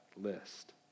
list